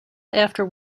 after